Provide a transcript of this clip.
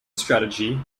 strategy